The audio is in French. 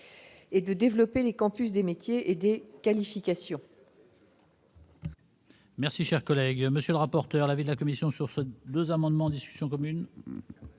et de développer les campus des métiers et des qualifications.